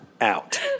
Out